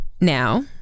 now